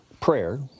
prayer